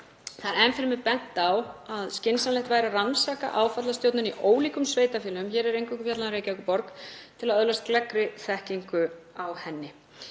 Það er enn fremur bent á að skynsamlegt væri að rannsaka áfallastjórnun í ólíkum sveitarfélögum — hér er eingöngu fjallað um Reykjavíkurborg — til að öðlast gleggri þekkingu á henni.